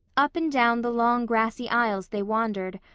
up and down the long grassy aisles they wandered,